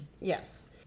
Yes